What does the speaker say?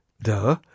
Duh